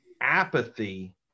apathy